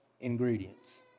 ingredients